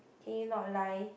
can you not lie